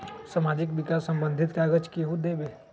समाजीक विकास संबंधित कागज़ात केहु देबे?